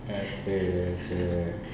ada jer